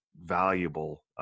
valuable